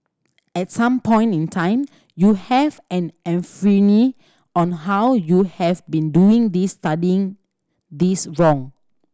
at some point in time you have an on how you have been doing this studying this wrong